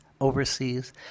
overseas